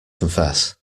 confess